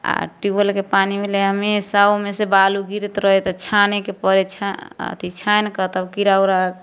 आओर ट्यूबवेलके पानी भेलै हमेशा ओहिमेसे बालू गिरैत रहै तऽ छानैके पड़ै छै अथी छानिकऽ तब कीड़ा उड़ा